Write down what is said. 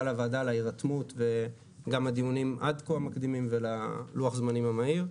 לוועדה על ההירתמות וגם על הדיונים המקדימים עד כה וללוח הזמנים הבאים.